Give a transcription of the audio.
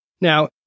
Now